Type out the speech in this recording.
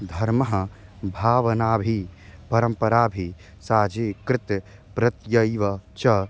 धर्मः भावनाभिः परम्पराभिः सज्जीकृत्य प्रत्येव च